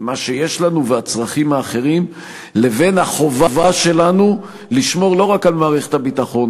מה שיש לנו והצרכים האחרים לבין החובה שלנו לשמור לא רק על מערכת הביטחון